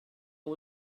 and